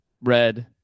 Red